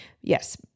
yes